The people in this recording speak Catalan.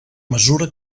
mesura